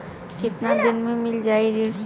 कितना दिन में मील जाई ऋण?